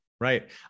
Right